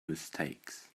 mistakes